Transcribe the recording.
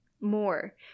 more